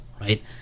right